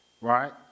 right